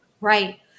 Right